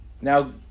now